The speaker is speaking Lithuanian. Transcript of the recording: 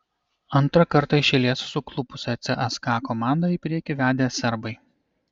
antrą kartą iš eilės suklupusią cska komandą į priekį vedė serbai